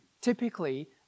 typically